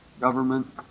government